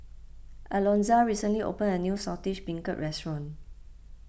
Alonza recently opened a new Saltish Beancurd restaurant